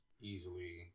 easily